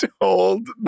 told